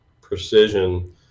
precision